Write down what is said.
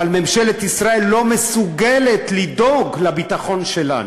אבל ממשלת ישראל לא מסוגלת לדאוג לביטחון שלנו.